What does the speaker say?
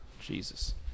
Jesus